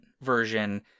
version